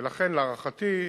ולכן, להערכתי,